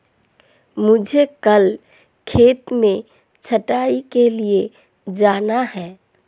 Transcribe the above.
मुझे कल खेत में छटाई के लिए जाना है